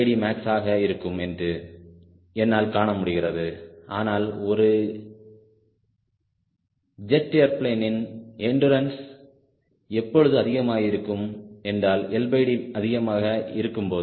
866maxஆக இருக்கும் என்று என்னால் காண முடிகிறது ஆனால் ஒரு ஜெட் ஏர்பிளேனின் எண்டுரன்ஸ் எப்பொழுது அதிகமாயிருக்கும் என்றால் LD அதிகமாக இருக்கும் போது